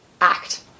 act